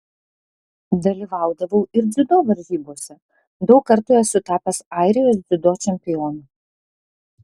dalyvaudavau ir dziudo varžybose daug kartų esu tapęs airijos dziudo čempionu